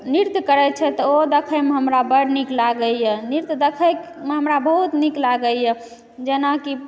नृत्य करै छै तऽ ओ देखऽमे हमरा बड्ड नीक लागैए नृत्य देखऽमे हमरा बहुत नीक लागैए जेनाकि